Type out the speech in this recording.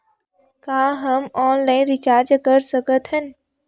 का हम online recharge कर सकत हन?